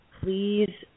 please